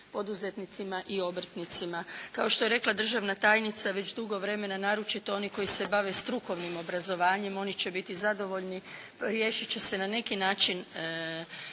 poduzetnicima i obrtnicima. Kao što je rekla državna tajnica već dugo vremena, naročito oni koji se bave strukovnim obrazovanjem oni će biti zadovoljni, riješit će se na neki način